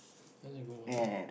that's a good motto